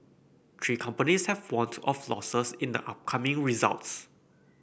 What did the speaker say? three companies have warned of losses in the upcoming results